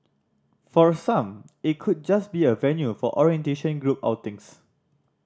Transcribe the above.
for some it could just be a venue for orientation group outings